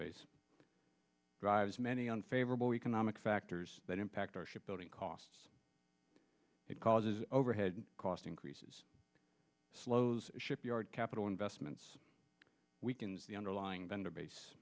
base drives many unfavorable economic factors that impact our shipping costs it causes overhead cost increases slows shipyard capital investments weakens the underlying vendor base